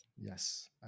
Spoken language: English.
yes